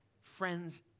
friends